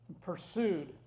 pursued